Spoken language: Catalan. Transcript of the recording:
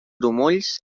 grumolls